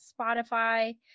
Spotify